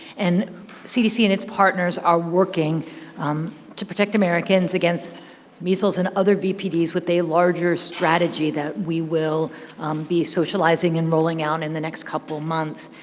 and cdc and its partners are working to protect protect americans against measles and other vpd's with a larger strategy that we will be socializing and rolling out in the next couple of months.